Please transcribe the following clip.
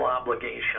obligation